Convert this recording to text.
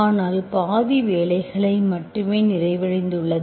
ஆனால் பாதி வேலைகளை மட்டுமே நிறைவடைந்துள்ளது